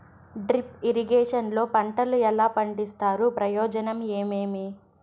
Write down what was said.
Drip irrigation లో పంటలు ఎలా పండిస్తారు ప్రయోజనం ఏమేమి?